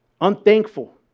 Unthankful